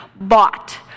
bought